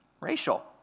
Racial